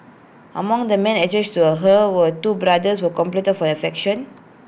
among the men attracted to her were two brothers who competed for her affection